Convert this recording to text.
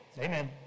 Amen